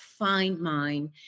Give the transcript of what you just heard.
FindMine